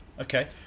Okay